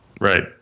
Right